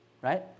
right